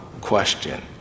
question